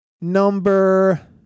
number